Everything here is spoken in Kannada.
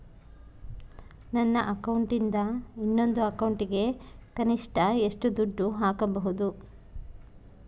ನನ್ನ ಅಕೌಂಟಿಂದ ಇನ್ನೊಂದು ಅಕೌಂಟಿಗೆ ಕನಿಷ್ಟ ಎಷ್ಟು ದುಡ್ಡು ಹಾಕಬಹುದು?